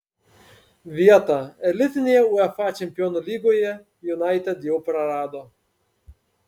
vietą elitinėje uefa čempionų lygoje united jau prarado